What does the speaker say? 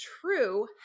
true